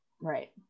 Right